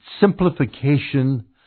simplification